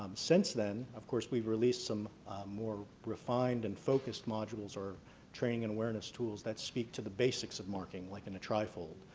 um since then of course we've released some more refined and focused modules, or training and awareness tools that speak to the basics of marking like in a trifold,